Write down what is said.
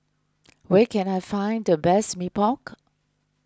where can I find the best Mee Pok